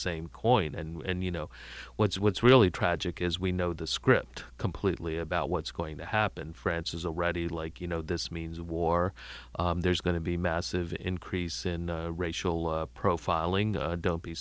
same coin and you know what's what's really tragic is we know the script completely about what's going to happen france is already like you know this means war there's going to be massive increase in racial profiling don't be